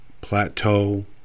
plateau